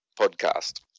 podcast